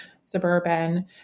suburban